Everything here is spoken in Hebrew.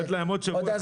לתת להם עוד שבוע אחד.